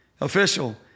Official